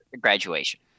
graduation